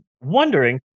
wondering